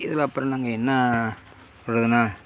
இதில் அப்பறம் நாங்கள் என்ன சொல்கிறதுன்னா